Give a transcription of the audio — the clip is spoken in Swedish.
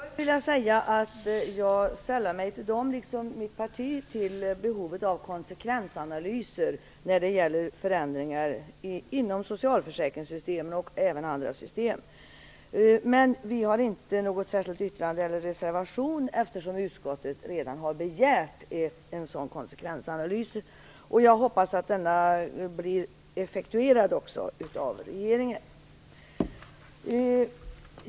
Fru talman! Först vill jag säga att jag sällar mig till dem som poängterar behovet av konsekvensanalyser när det gäller förändringar inom socialförsäkringssystemen och även andra system. Det kräver också mitt parti. Men vi har i det här fallet inte lämnat något särskilt yttrande eller någon reservation, eftersom utskottet redan har begärt en konsekvensanalys. Jag hoppas att denna begäran också effektueras av regeringen.